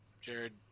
Jared